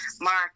Mark